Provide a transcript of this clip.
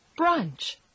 Brunch